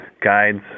guides